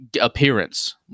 appearance